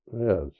Yes